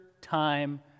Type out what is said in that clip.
time